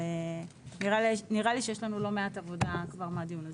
אבל נראה לי שיש לנו לא מעט עבודה כבר מהדיון הזה.